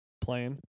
Playing